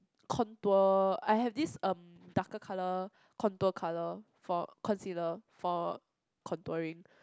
contour I have this um darker colour contour colour for concealer for contouring